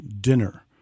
dinner